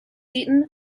eaten